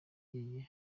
yagiye